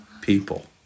people